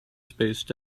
spaced